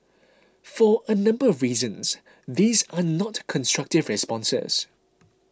for a number of reasons these are not constructive responses